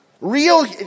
Real